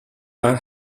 are